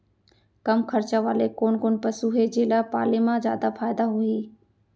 कम खरचा वाले कोन कोन पसु हे जेला पाले म जादा फायदा होही?